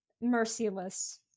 merciless